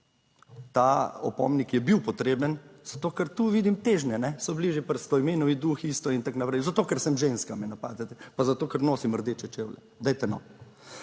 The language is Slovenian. Ta opomnik je bil potreben zato, ker tu vidim težnje, so bili že pri Stojmenovi Duh isto in tako naprej, zato ker sem ženska, me napadate pa zato, ker nosim rdeče čevlje. Dajte no.